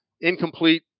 incomplete